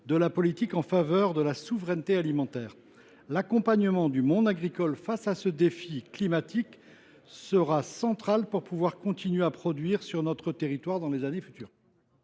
de la politique en faveur de la souveraineté alimentaire. L’accompagnement du monde agricole face à ce défi climatique sera essentiel pour continuer à produire sur notre territoire dans les années à venir.